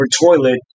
toilet